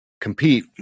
compete